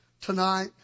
tonight